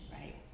right